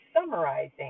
summarizing